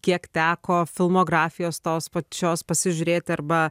kiek teko filmografijos tos pačios pasižiūrėti arba